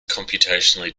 computationally